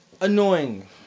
Annoying